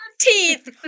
teeth